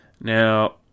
Now